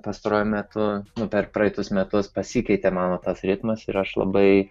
pastaruoju metu per praeitus metus pasikeitė mano tas ritmas ir aš labai